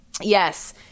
Yes